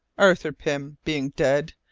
arthur pym being dead,